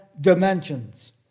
dimensions